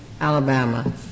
Alabama